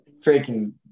freaking